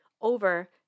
over